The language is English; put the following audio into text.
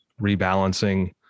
rebalancing